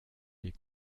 die